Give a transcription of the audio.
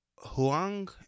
huang